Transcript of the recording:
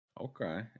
Okay